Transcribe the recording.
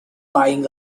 buying